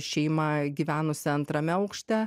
šeima gyvenusi antrame aukšte